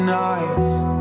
nights